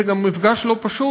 זה גם מפגש לא פשוט,